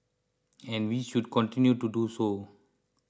and we should continue to do so